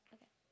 Okay